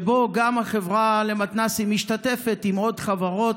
ובו החברה למתנ"סים משתתפת עם עוד חברות,